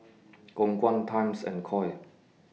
Khong Guan Times and Koi